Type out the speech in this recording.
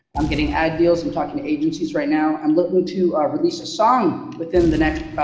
i'm getting ad deals, i'm talking to agencies right now, i'm looking to ah release a song within the next,